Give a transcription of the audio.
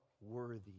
worthy